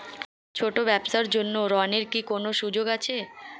ছোট ব্যবসার জন্য ঋণ এর কি কোন সুযোগ আছে?